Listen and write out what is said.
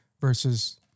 versus